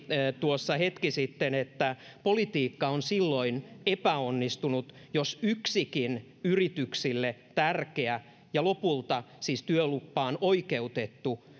tuossa hetki sitten että politiikka on silloin epäonnistunut jos yksikin yrityksille tärkeä ja lopulta siis työlupaan oikeutettu